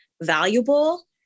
valuable